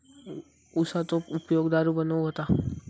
उसाचो उपयोग दारू बनवूक होता